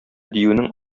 диюнең